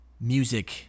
music